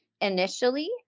initially